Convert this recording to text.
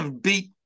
beat